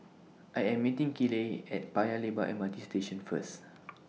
I Am meeting Kiley At Paya Lebar M R T Station First